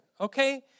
okay